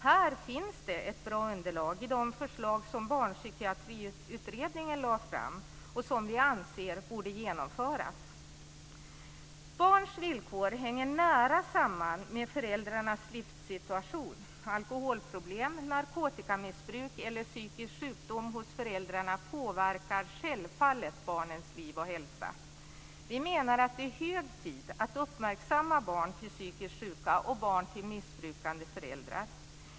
Här finns ett bra underlag i de förslag som Barnpsykiatriutredningen har lagt fram och som vi anser borde genomföras. Barns villkor hänger nära samman med föräldrarnas livssituation. Alkoholproblem, narkotikamissbruk eller psykisk sjukdom hos föräldrarna påverkar självfallet barnens liv och hälsa. Vi menar att det är hög tid att uppmärksamma barn till psykiskt sjuka och barn till missbrukande föräldrar.